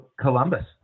Columbus